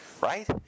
right